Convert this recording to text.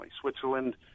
Switzerland